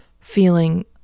feeling